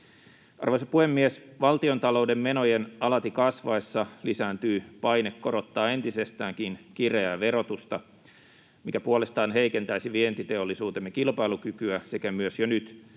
Arvoisa puhemies! Valtiontalouden menojen alati kasvaessa lisääntyy paine korottaa entisestäänkin kireää verotusta, mikä puolestaan heikentäisi vientiteollisuutemme kilpailukykyä sekä myös monien